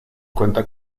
cuenta